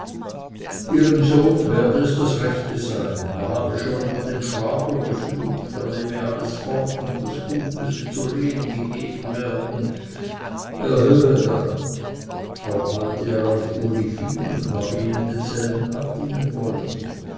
ihrem sohn werde das das rechte sein er habe schon über den schwager geflucht er nehme alles fort und das gut müsse zu lehn gegeben werden er höre dann auch halte er auf uli viel und habe ihnen denselben abdingen wollen